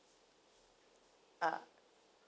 ah